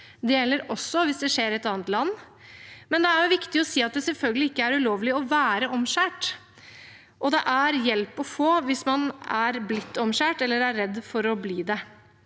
Det gjelder også hvis det skjer i et annet land. Men det er viktig å si at det selvfølgelig ikke er ulovlig å være omskåret, og det er hjelp å få hvis man er blitt omskåret eller er redd for å bli det.